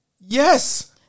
Yes